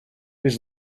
was